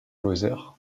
lozère